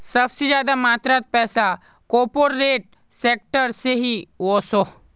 सबसे ज्यादा मात्रात पैसा कॉर्पोरेट सेक्टर से ही वोसोह